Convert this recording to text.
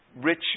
rich